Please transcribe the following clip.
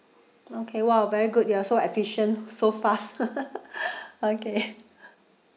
okay !wow! very good you are so efficient so fast okay